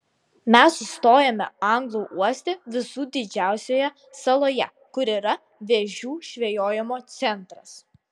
mes sustojome anglų uoste visų didžiausioje saloje kur yra vėžių žvejojimo centras